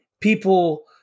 people